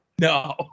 No